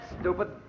stupid